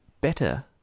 better